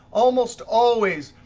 almost always,